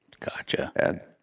Gotcha